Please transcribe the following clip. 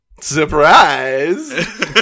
Surprise